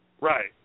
Right